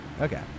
Okay